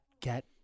get